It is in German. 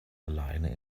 alleine